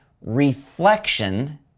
reflection